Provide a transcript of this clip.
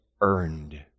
earned